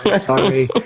Sorry